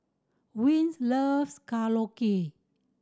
Vince loves Korokke